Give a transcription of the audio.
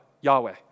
Yahweh